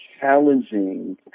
challenging